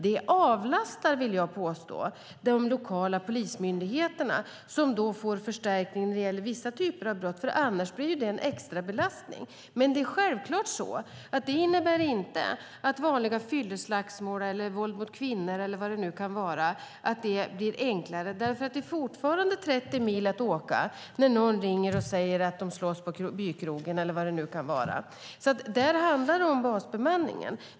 Det avlastar, vill jag påstå, de lokala polismyndigheterna, som då får förstärkning när det gäller vissa typer av brott. Annars blir ju det en extrabelastning. Men det innebär självklart inte att vanliga fylleslagsmål eller våld mot kvinnor eller vad det nu kan vara blir enklare. Det är fortfarande 30 mil att åka när någon ringer och säger att de slåss på bykrogen. Där handlar det om basbemanningen.